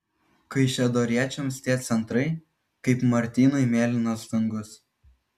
kaišiadoriečiams tie centrai kaip martynui mėlynas dangus